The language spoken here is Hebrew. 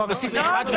צריך להיות בסיס אחד.